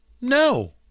no